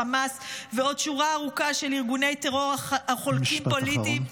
חמאס ועוד שורה ארוכה של ארגוני טרור החלוקים פוליטית -- משפט אחרון.